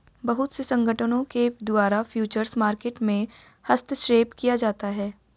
बहुत से संगठनों के द्वारा फ्यूचर मार्केट में हस्तक्षेप किया जाता है